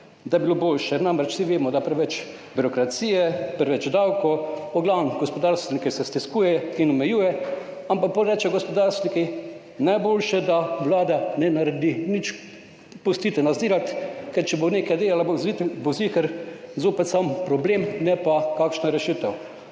da bi bilo boljše. Namreč, vsi vemo, da je preveč birokracije, preveč davkov, v glavnem, gospodarstvenike se stiska in omejuje, ampak potem rečejo gospodarstveniki, najboljše, da Vlada ne naredi nič, pustite nas delati, ker če bo nekaj delala, bo zagotovo zopet samo problem, ne pa kakšne rešitve.